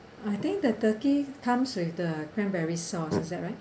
I think the turkey comes with the cranberry sauces is that right